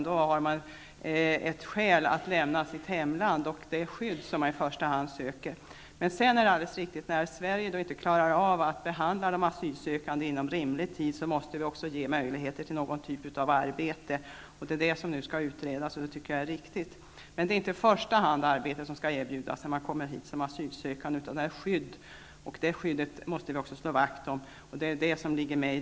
Då har man ett skäl att lämna sitt hemland, och det är ett skydd man i första hand söker. Det är sedan alldeles riktigt, att när Sverige inte klarar av att behandla asylansökningarna inom rimlig tid, måste det ges möjligheter till någon typ av arbete. Det är det som nu skall utredas, och det tycker jag är riktigt. Men det är inte i första hand arbete som skall erbjudas när någon kommer hit som asylsökande, utan det är ett skydd. Det skyddet måste vi slå vakt om.